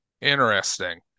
Interesting